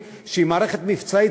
שהיא מערכת מבצעית,